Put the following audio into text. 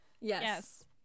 yes